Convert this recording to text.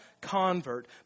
convert